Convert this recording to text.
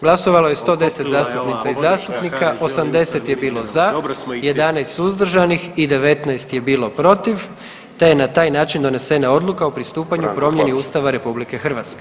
Glasovalo je 110 zastupnica i zastupnika, 80 je bilo za, 11 suzdržanih i 19 je bilo protiv te je na taj način donesena Odluka o pristupanju promjeni Ustava RH.